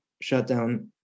shutdown